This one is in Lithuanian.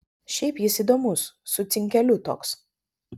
šiaip jis įdomus su cinkeliu toks